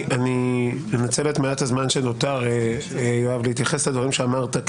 אני אנצל את מעט הזמן שנותר להתייחס לדברים שאמרת.